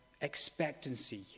expectancy